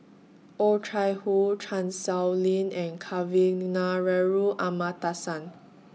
Oh Chai Hoo Chan Sow Lin and Kavignareru Amallathasan